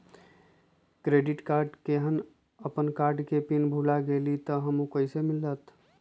Credit card केहन अपन card के पिन भुला गेलि ह त उ कईसे मिलत?